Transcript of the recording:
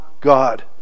God